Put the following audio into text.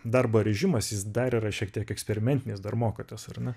darbo režimas jis dar yra šiek tiek eksperimentinis dar mokotės ar ne